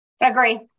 Agree